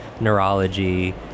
neurology